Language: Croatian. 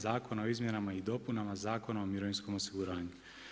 Zakona o izmjenama i dopunama Zakona o mirovinskom osiguranju.